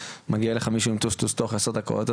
ומגיע אליך מישהו עם טוסטוס תוך עשר דקות.